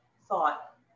thought